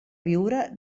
viure